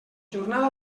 jornada